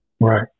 Right